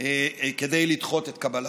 כדי לדחות את קבלתו.